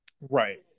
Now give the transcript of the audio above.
right